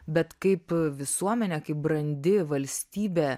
bet kaip visuomenė kaip brandi valstybė